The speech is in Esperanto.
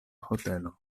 hotelo